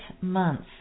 months